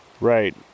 Right